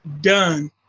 done